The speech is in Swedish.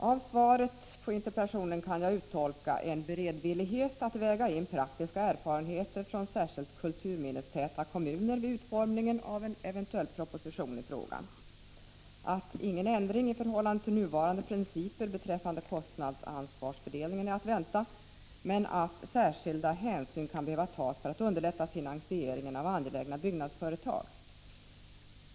Av svaret på interpellationen kan jag uttolka en beredvillighet att praktiska erfarenheter från särskilt kulturminnestäta kommuner vägs in vid utformningen av en eventuell proposition i frågan, att ingen ändring i förhållande till nuvarande principer beträffande kostnadsansvarsfördelningen är att vänta, men att särskilda hänsyn kan behöva tas för att underlätta finansieringen av angelägna byggnadsföretag.